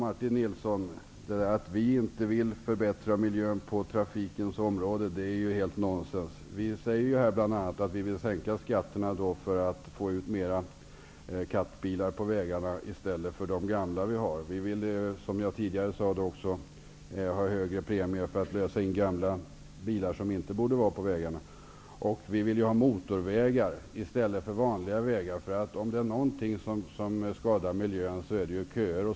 Fru talman! Att vi inte vill förbättra miljön på trafikens område är helt nonsens, Martin Nilsson. Vi säger bl.a. att vi vill sänka skatterna för att få ut fler ''katbilar'' på vägarna i stället för de gamla vi har. Vi vill, som jag tidigare sade, ha högre premier för att lösa in gamla bilar som inte borde vara på vägarna. Vi vill ha motorvägar i stället för vanliga vägar, för om det är någonting som skadar miljön så är det ju köer.